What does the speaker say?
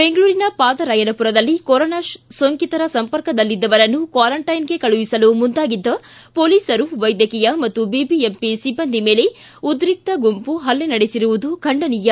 ಬೆಂಗಳೂರಿನ ಪಾದರಾಯನಪುರದಲ್ಲಿ ಕೊರೋನಾ ಸೋಂಕಿತರ ಸಂಪರ್ಕದಲ್ಲಿದ್ದವರನ್ನು ಕ್ವಾರಂಟೈನ್ಗೆ ಕಳುಹಿಸಲು ಮುಂದಾಗಿದ್ದ ಪೊಲೀಸರು ವೈದ್ಯಕೀಯ ಮತ್ತು ಬಿಬಿಎಂಪಿ ಸಿಬ್ಬಂದಿ ಮೇಲೆ ಉದ್ರಿಕ್ತ ಗುಂಪು ಪಲ್ಲೆ ನಡೆಸಿರುವುದು ಖಂಡನೀಯ